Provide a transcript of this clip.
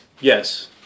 yes